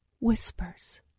whispers